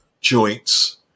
joints